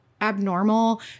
abnormal